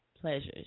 Pleasures